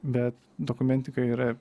bet dokumentika yra